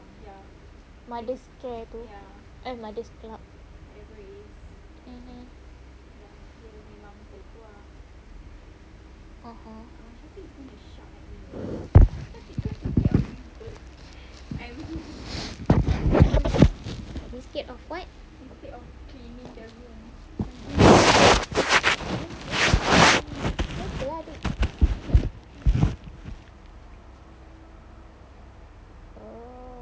mothercare tu eh mothers pula mm (uh huh) oh you scared of what later lah babe